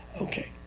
Okay